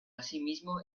asimismo